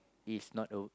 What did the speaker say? is not o~